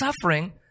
Suffering